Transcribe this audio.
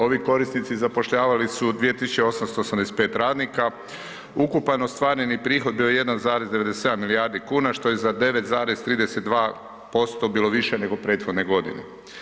Ovi korisnici zapošljavali su 2885 radnika, ukupan ostvareni prihod bio je 1,97 milijardi kuna, što je za 9,32% bilo više nego prethodne godine.